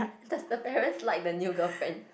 does the parents like the new girlfriend